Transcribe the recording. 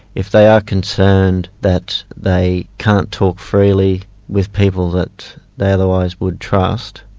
if they are concerned that they can't talk freely with people that they otherwise would trust,